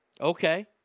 Okay